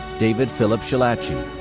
david phillip schillaci.